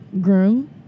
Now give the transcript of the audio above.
groom